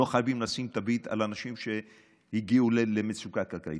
לא חייבים לשים תווית על אנשים שהגיעו למצוקה כלכלית.